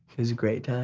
it's a great time.